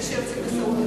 אלה שיוצאים לסעודיה,